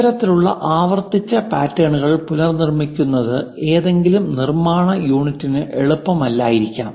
ഇത്തരത്തിലുള്ള ആവർത്തിച്ചുള്ള പാറ്റേണുകൾ പുനർനിർമ്മിക്കുന്നത് ഏതെങ്കിലും നിർമ്മാണ യൂണിറ്റിന് എളുപ്പമല്ലായിരിക്കാം